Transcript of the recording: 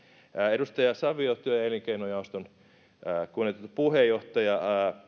edustaja savio työ ja elinkeinojaoston kunnioitettu puheenjohtaja